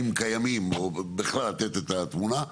אם קיימים או בכלל לתת את התמונה,